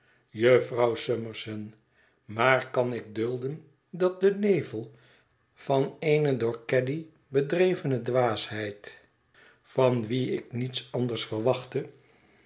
jufvrouw summerson maar kan ik dulden dat de nevel van eene door caddy bedrevene dwaasheid van wie ik niets anders verwachtte